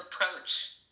approach